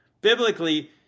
Biblically